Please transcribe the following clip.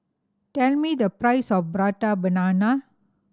tell me the price of Prata Banana